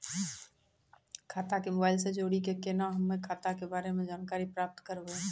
खाता के मोबाइल से जोड़ी के केना हम्मय खाता के बारे मे जानकारी प्राप्त करबे?